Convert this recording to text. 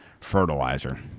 fertilizer